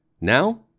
Now